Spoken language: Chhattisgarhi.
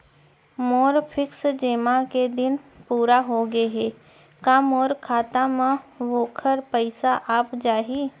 मोर फिक्स जेमा के दिन पूरा होगे हे का मोर खाता म वोखर पइसा आप जाही?